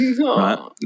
right